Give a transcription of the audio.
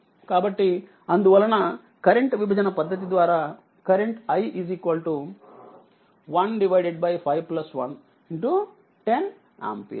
కాబట్టి అందువలన కరెంట్ విభజన పద్ధతి ద్వారా కరెంట్i 15110 ఆంపియర్